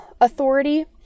authority